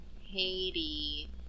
Haiti